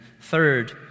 third